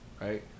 right